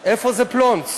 "איפה זה פלונסק?"